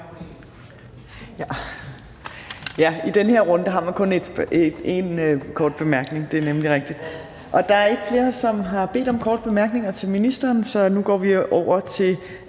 I den her runde har man kun én kort bemærkning. Der er ikke flere, som har bedt om korte bemærkninger til ministeren, så nu går vi over til